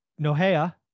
Nohea